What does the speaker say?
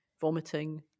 vomiting